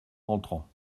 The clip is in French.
rentrant